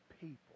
People